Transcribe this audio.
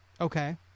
Okay